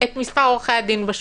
את מספר עורכי הדין בשוק.